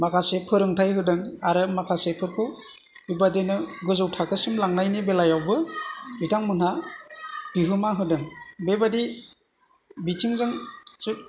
माखासे फोरोंथाइ होदों आरो माखासेफोरखौ बेबादिनो गोजौ थाखोसिम लांनायनि बेलायावबो बिथांमोनहा बिहोमा होदों बेबादि बिथिंजों एसे